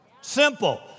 Simple